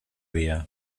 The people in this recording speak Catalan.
dia